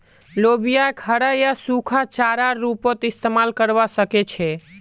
लोबियाक हरा या सूखा चारार रूपत इस्तमाल करवा सके छे